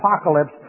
apocalypse